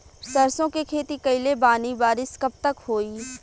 सरसों के खेती कईले बानी बारिश कब तक होई?